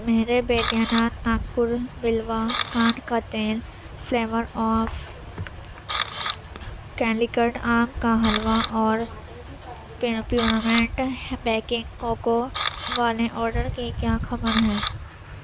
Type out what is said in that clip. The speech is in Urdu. میرے بیدیا ناتھ ناگپور بلوا کان کا تیل فلیور آف کالیکٹ آم کا حلوہ اور پیو پیورامیٹ بیکنگ کوکو والے آرڈر کی کیا خبر ہے